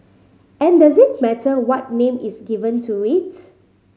and does it matter what name is given to it